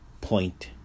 point